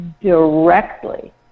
directly